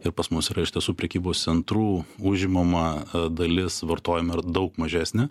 ir pas mus yra iš tiesų prekybos centrų užimama dalis vartojime yra daug mažesnė